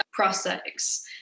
prosthetics